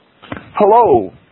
Hello